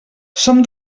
som